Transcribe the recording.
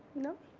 no?